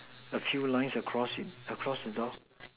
a few line across in across the door